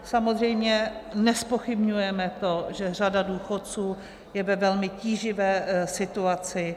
Samozřejmě nezpochybňujeme to, že řada důchodců je ve velmi tíživé situaci.